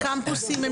בתוך הקמפוסים.